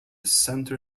center